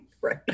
right